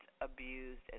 abused